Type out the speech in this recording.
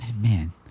Man